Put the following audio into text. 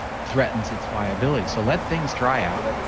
threatens its viability so let things dry out,